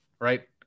right